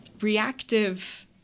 reactive